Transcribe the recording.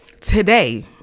Today